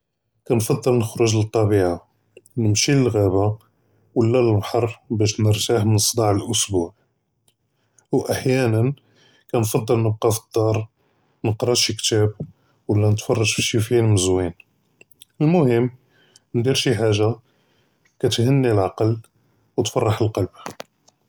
כַּאנְפַדַּל נְخְרֶג לְטַּבִּיעָה נְמְשִי לְאַלְעֻ'אבָה וְלָא לֶאלְבַּחְר בַּש נְרְתַּاح מִן צְדַאע אֶלְאָסְבּוּע, וְאַחְיָאנָא כַּאנְפַדַּל נִبְקֶא פִּלְדַּאר נְקְרָא שִי كِתَاب וְלָא נְתְפַרְג' פִּשִי פִּילְם זְוִין, אֶלְמְهِם נְדִיר שִי חַאגַ'ה כַּאתְהַנִّي אֶלְעַקְל וְתְפַרֶّח אֶלְקַּלְב.